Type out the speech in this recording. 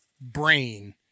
brain